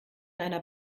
einer